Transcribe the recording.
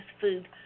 food